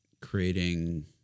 creating